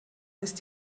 ist